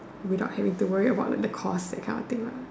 without having to worry about the cause that kind of thing lah